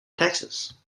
texas